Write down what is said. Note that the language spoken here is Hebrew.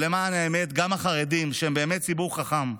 אבל למען האמת, גם החרדים, שהם באמת ציבור חכם,